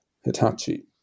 Hitachi